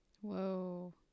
Whoa